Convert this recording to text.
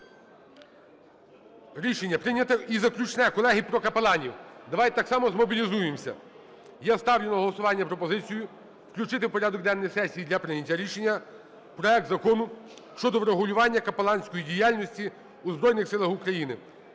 Рішення прийнято. І заключне, колеги, про капеланів. Давайте так само змобілізуємось. Я ставлю на голосування пропозицію включити в порядок денний сесії для прийняття рішення проект Закону щодо врегулювання капеланської діяльності у Збройних Силах України.